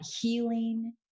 Healing